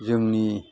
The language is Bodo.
जोंनि